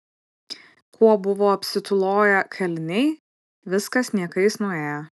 kuo buvo apsitūloję kaliniai viskas niekais nuėjo